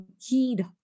heed